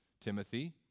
Timothy